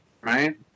right